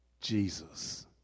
Jesus